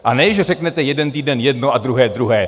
A ne že řeknete jeden týden jedno a druhý druhé.